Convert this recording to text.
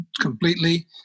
completely